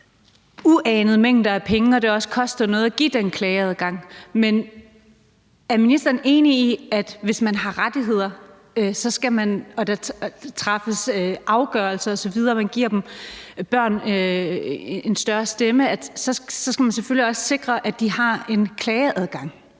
uanede mængder af penge og det også koster noget at give den klageadgang, men er ministeren enig i, at hvis man giver børn en større stemme og giver dem rettigheder, skal man selvfølgelig også sikre, at de har en klageadgang,